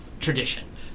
tradition